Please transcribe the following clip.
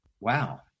wow